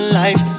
life